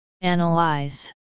Analyze